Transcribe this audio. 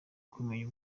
kumenya